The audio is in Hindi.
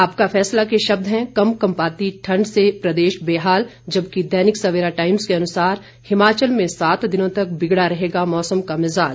आपका फैसला के शब्द हैं कंपकंपाती ठंड से प्रदेश बेहाल जबकि दैनिक सवेरा टाइम्स के अनुसार हिमाचल में सात दिनों तक बिगड़ा रहेगा मौसम का मिज़ाज